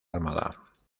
armada